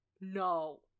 No